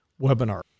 webinar